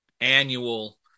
annual